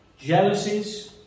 jealousies